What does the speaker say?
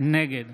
נגד